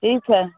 ठीक है